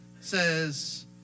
says